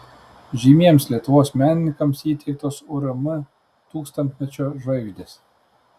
žymiems lietuvos menininkams įteiktos urm tūkstantmečio žvaigždės